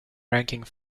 ranking